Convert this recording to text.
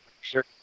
Sure